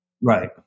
Right